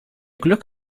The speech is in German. glück